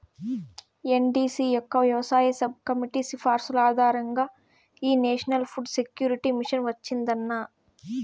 NDC యొక్క వ్యవసాయ sub committee సిఫార్సుల ఆధారంగా ఈ నేషనల్ ఫుడ్ సెక్యూరిటీ మిషన్ వచ్చిందన్న